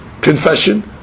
confession